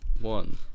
one